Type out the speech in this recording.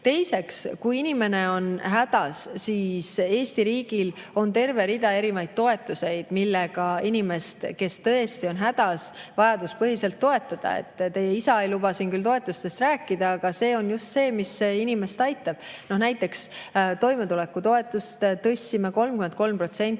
Teiseks, kui inimene on hädas, siis Eesti riigil on terve rida erinevaid toetusi, millega inimest, kes tõesti on hädas, vajaduspõhiselt toetada. Teie isa ei luba siin küll toetustest rääkida, aga see on just see, mis inimest aitab. Näiteks toimetulekutoetust tõstsime 33%.